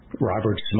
Robert